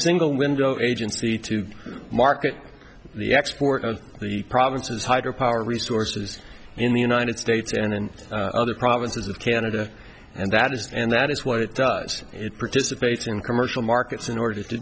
single window agency to market the export of the provinces hydropower resources in the united states and in other provinces of canada and that is and that is what it does it participates in commercial markets in order to